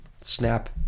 snap